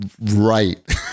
right